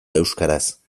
euskaraz